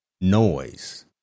noise